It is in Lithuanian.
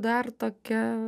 dar tokia